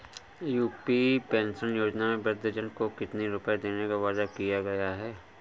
UP pension योजना में वृद्धजन को कितनी रूपये देने का वादा किया गया है?